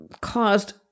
caused